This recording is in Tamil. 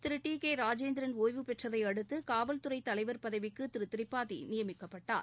திரு டி கே ராஜேந்திரன் ஓய்வு பெற்றதை அடுத்து காவல்துறை தலைவர் பதவிக்கு திரு திரிபாதி நியமிக்கப்பட்டார்